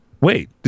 wait